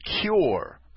cure